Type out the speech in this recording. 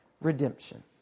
redemption